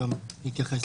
נתייחס.